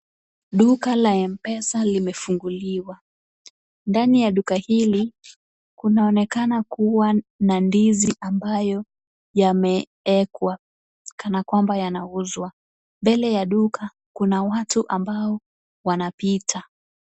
Duka la M-pesa limefunguliwa. Ndani ya duka hili kunaonekana kuwa na ndizi ambayo yamewekwa kana kwamba yanauzwa. Mbele ya duka kuna watu ambao wanapita.